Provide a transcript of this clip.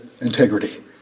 integrity